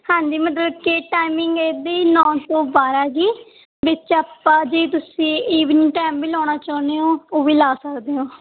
ਹਾਂਜੀ ਮਤਲਬ ਕਿ ਟਾਈਮਿੰਗ ਇਹਦੀ ਨੌਂ ਤੋਂ ਬਾਰਾਂ ਜੀ ਵਿੱਚ ਆਪਾਂ ਜੇ ਤੁਸੀਂ ਈਵਨਿੰਗ ਟੈਮ ਵੀ ਲਾਉਣਾ ਚਾਹੁੰਦੇ ਹੋ ਉਹ ਵੀ ਲਾ ਸਕਦੇ ਹੋ